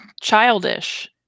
childish